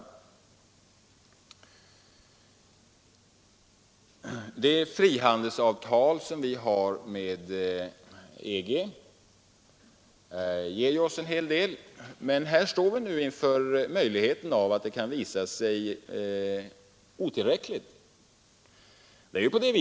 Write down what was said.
Det frihandelsavtal som vi har med EG ger ju oss en hel del. Men här står vi nu inför möjligheten av att det kan visa sig otillräckligt.